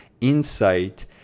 insight